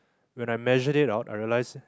when I measure it out I realize